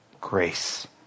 grace